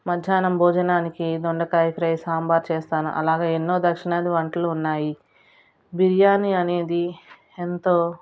మధ్యాహ్నం భోజనానికి దొండకాయ ఫ్రై సాంబార్ చేస్తాను అలాగే ఎన్నో దక్షిణాది వంటలు ఉన్నాయి బిర్యానీ అనేది ఎంతో